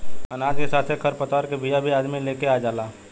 अनाज के साथे खर पतवार के बिया भी अदमी लेके आ जाला